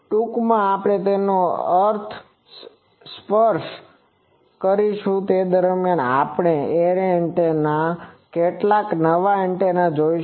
ટૂંકમાં આપણે તેના પર સ્પર્શ કરીશું તે દરમિયાન આપણે એરે એન્ટેનામાં કેટલાક નવા એન્ટેના જોશું